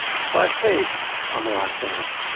flash takes on the last dance.